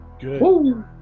Good